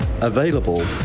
available